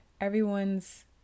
everyone's